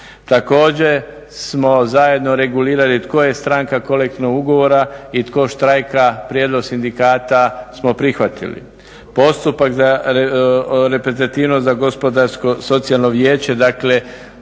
Također smo zajedno regulirali tko je stranka kolektivnog ugovora i tko štrajka, prijedlog sindikata smo prihvatili. Postupak za reprezentativnost za gospodarsko socijalno vijeće dakle